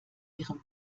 ihrem